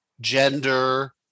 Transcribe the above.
gender